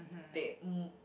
they